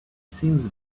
seems